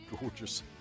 gorgeous